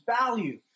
value